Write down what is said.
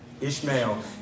Ishmael